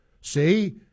see